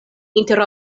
inter